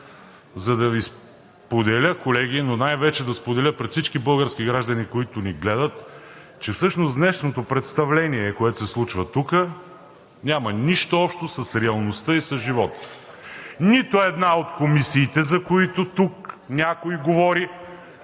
за да Ви споделя, колеги, но най-вече да споделя пред всички български граждани, които ни гледат, че всъщност днешното представление, което се случва тук, няма нищо общо с реалността и с живота. Нито една от комисиите, за които тук някой говори,